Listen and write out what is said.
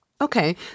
Okay